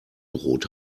brot